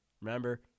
Remember